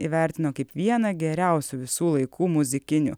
įvertino kaip vieną geriausių visų laikų muzikinių